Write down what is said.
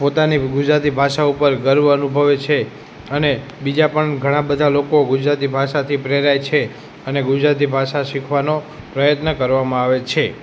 પોતાની ગુજરાતી ભાષા ઉપર ગર્વ અનુભવે છે અને બીજા પણ ઘણા બધા લોકો ગુજરાતી ભાષાથી પ્રેરાય છે અને ગુજરાતી ભાષા શીખવાનો પ્રયત્ન કરવામાં આવે છે